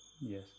Yes